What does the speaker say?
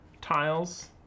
tiles